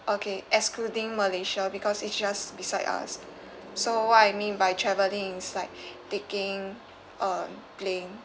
okay excluding malaysia because it's just beside us so what I mean by traveling is like taking uh plane